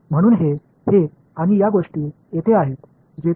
மாணவர் எனவே இங்குதான் நடுத்தர பண்புகள் இடம் பெறுகின்றன